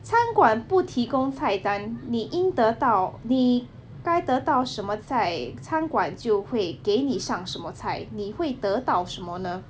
餐馆不提供菜单你应得到你该得到什么菜餐馆就会给你上什么菜你会得到什么呢